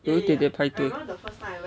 有一点点排队